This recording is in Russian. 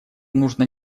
нужно